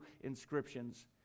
inscriptions